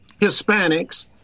Hispanics